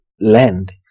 land